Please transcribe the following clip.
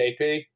KP